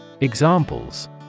Examples